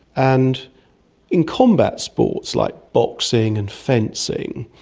and in combat sports like boxing and fencing,